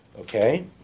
Okay